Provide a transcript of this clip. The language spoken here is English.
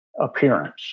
appearance